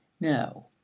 no